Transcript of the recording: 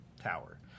tower